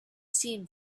seen